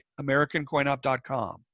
AmericanCoinOp.com